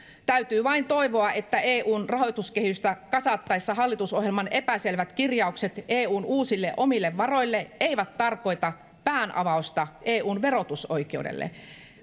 täytyy vain toivoa että eun rahoituskehystä kasattaessa hallitusohjelman epäselvät kirjaukset eun uusille omille varoille eivät tarkoita päänavausta eun verotusoikeudelle